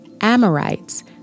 Amorites